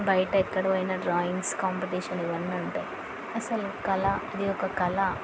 బయట ఎక్కడ పోయినా డ్రాయింగ్ కాంపిటీషన్లు ఇవన్నుంటాయి అసలు కళ అది ఒక కళ